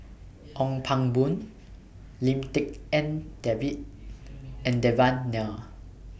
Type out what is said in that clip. Ong Pang Boon Lim Tik En David and Devan Nair